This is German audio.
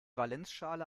valenzschale